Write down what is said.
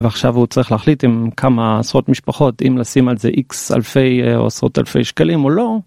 ועכשיו הוא צריך להחליט עם כמה עשרות משפחות אם לשים על זה x אלפי עשרות אלפי שקלים או לא.